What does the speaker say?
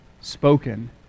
spoken